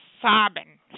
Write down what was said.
sobbing